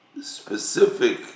specific